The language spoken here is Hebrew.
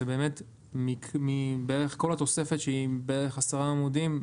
מכל התוספת שהיא כ-10 עמודים,